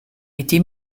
été